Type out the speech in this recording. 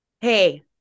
hey